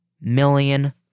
million